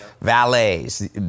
valets